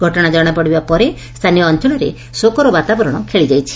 ଘଟଶା କଶାପଡ଼ିବା ପରେ ସ୍ଚାନୀୟ ଅଞ୍ଞଳରେ ଶୋକର ବାତାବରଣ ଖେଳିଯାଇଛି